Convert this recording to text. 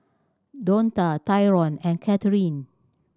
Donta Tyron and Kathryne